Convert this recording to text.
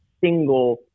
single